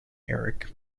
erik